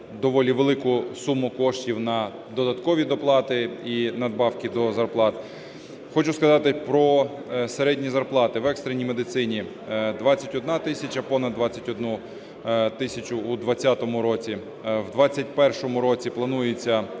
доволі велику суму коштів на додаткові доплати і надбавки до зарплат. Хочу сказати про середні зарплати. В екстреній медицині – 21 тисяча, понад 21 тисячу у 20-му році, в 21-му році планується